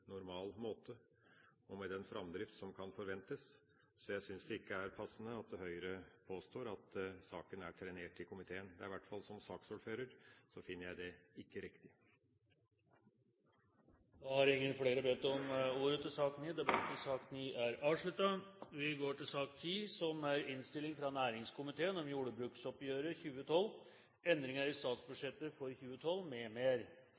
normal måte og med den framdrift som kan forventes, så jeg synes det ikke er passende at Høyre påstår at saken er trenert i komiteen. I hvert fall finner jeg det som saksordfører ikke riktig. Flere har ikke bedt om ordet til sak nr. 9. Etter ønske fra næringskomiteen